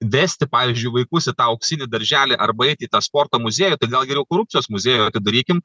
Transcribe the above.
vesti pavyzdžiui vaikus į tą auksinį darželį arba eit į tą sporto muziejų tai gal geriau korupcijos muziejų atidarykim